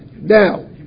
Now